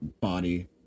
body